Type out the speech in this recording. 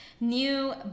new